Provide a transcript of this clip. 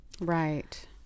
Right